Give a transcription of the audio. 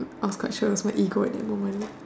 I was quite sure of my ego at that moment